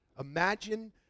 Imagine